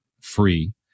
free